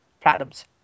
platinums